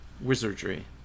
Wizardry